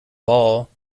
ball